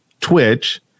Twitch